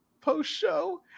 post-show